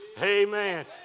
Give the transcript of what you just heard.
Amen